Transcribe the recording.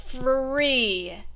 Free